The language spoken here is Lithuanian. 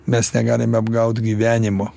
mes negalime apgaut gyvenimo